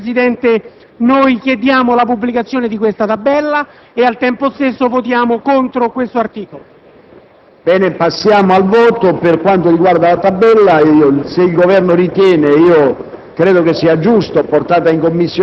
Per queste ragioni, Presidente, chiediamo la pubblicazione di questa tabella ed al tempo stesso votiamo contro questo articolo.